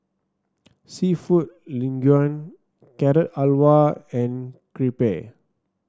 seafood Linguine Carrot Halwa and Crepe